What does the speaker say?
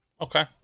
Okay